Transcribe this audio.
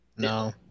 No